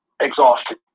exhausted